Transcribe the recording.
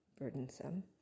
burdensome